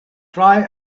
try